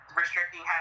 restricting